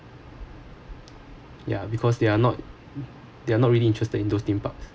yeah because they are not they are not really interested in those theme parks